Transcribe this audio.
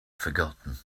forgotten